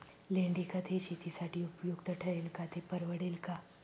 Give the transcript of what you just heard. लेंडीखत हे शेतीसाठी उपयुक्त ठरेल का, ते परवडेल का?